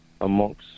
amongst